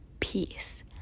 Peace